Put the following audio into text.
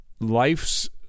Life's